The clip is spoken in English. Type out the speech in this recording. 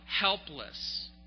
helpless